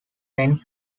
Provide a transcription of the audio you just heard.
many